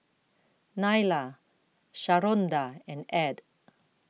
Nyla Sharonda and Ed